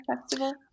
festival